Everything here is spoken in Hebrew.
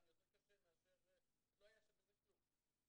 יותר קשה מאשר --- לא היה שם בזה כלום.